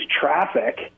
traffic